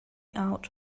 out